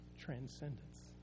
transcendence